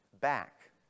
back